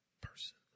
person